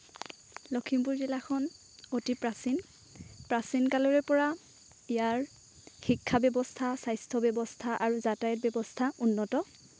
লখিমপুৰ জিলাখন অতি প্ৰাচীন প্ৰাচীন কালৰে পৰা ইয়াৰ শিক্ষা ব্যৱস্থা স্বাস্থ্য ব্যৱস্থা আৰু যাতায়াত ব্যৱস্থা উন্নত